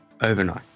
overnight